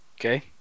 Okay